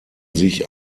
sich